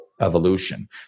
evolution